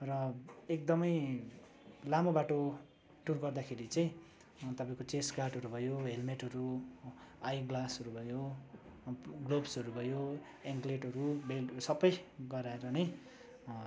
र एकदमै लामो बाटो टुर गर्दाखेरि चाहिँ तपाईँको चेस्ट गार्डहरू भयो हेलमेटहरू आइग्लासहरू भयो ग्लोबसहरू भयो एन्कलेटहरू बेल्ट सबै गराएर नै